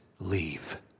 leave